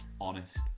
honest